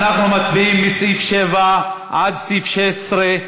16. אנחנו מצביעים מסעיף 7 עד סעיף 16,